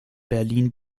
berlin